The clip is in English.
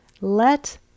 Let